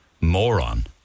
moron